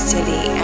City